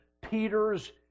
Peter's